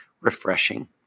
refreshing